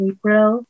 April